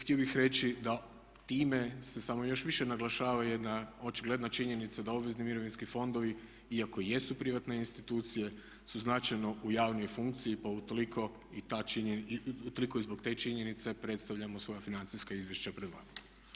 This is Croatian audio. Htio bih reći da time se samo još više naglašava jedna očigledna činjenica da obvezni mirovinski fondovi iako jesu privatne institucije su značajno u javnoj funkciji pa utoliko i ta činjenica, i utoliko i zbog te činjenice predstavljamo svoja financijska izvješća pred vama.